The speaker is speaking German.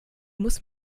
muss